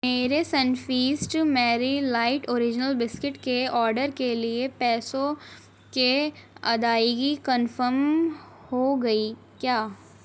میرے Sunfeast Marie light original biscuit کے order کے لیے پیسوں کے ادائگی کنفم ہو گئی کیا